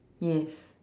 yes